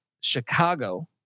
Chicago